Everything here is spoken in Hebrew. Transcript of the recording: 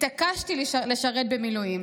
התעקשתי לשרת במילואים.